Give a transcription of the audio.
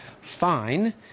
fine